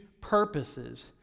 purposes